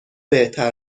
بهتر